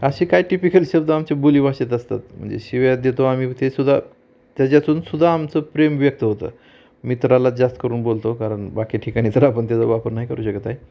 अशी काय टिपिकल शब्द आमच्या बोलीभाषेत असतात म्हणजे शिव्या देतो आम्ही तेसुद्धा त्याच्यातून सुद्धा आमचं प्रेम व्यक्त होतं मित्रालाच जास्त करून बोलतो कारण बाकी ठिकाणी तर आपण त्याचा वापर नाही करू शकत आहे